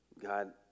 God